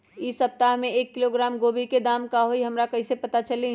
इ सप्ताह में एक किलोग्राम गोभी के दाम का हई हमरा कईसे पता चली?